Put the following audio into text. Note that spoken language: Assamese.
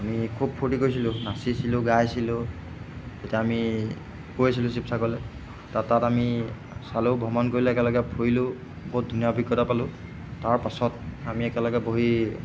আমি খুব ফূৰ্তি কৰিছিলো নাচিছিলো গাইছিলো যেতিয়া আমি গৈছিলো শিবসাগৰলৈ তাত তাত আমি চালো ভ্ৰমণ কৰিলো একেলগে ফুৰিলো বহুত ধুনীয়া অভিজ্ঞতা পালো তাৰপাছত আমি একেলগে বহি